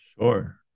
sure